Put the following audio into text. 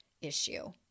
issue